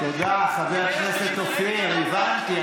תודה, חבר הכנסת אופיר, הבנתי.